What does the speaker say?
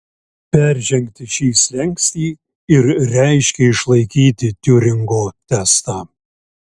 peržengti šį slenkstį ir reiškė išlaikyti tiuringo testą